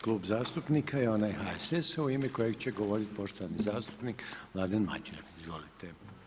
klub zastupnika je onaj HSS-a u ime kojega će govoriti poštovani zastupnik Mladen Madjer, izvolite.